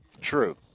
True